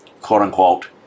quote-unquote